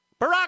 Barack